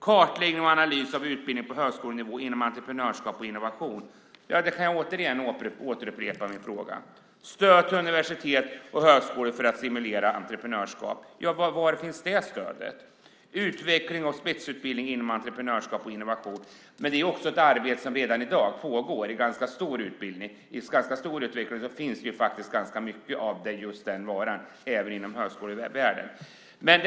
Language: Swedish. Kartläggning och analys av utbildning på högskolenivå inom entreprenörskap och innovation ska ske. Där kan jag återigen återupprepa min fråga. Stöd till universitet och högskolor för att stimulera entreprenörskap ska ges. Var finns det stödet? Det talas om utveckling av spetsutbildning inom entreprenörskap och innovation. Det är ett arbete som redan i dag pågår. I ganska stor utsträckning finns ganska mycket av den varan även inom högskolevärlden.